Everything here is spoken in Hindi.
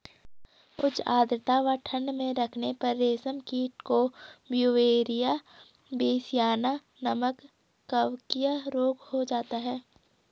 उच्च आद्रता व ठंड में रखने पर रेशम कीट को ब्यूवेरिया बेसियाना नमक कवकीय रोग हो जाता है